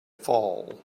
fall